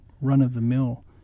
run-of-the-mill